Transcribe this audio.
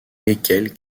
lesquels